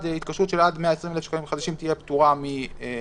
התקשרות של עד 120,000 שקלים חדשים תהיה פטורה ממכרז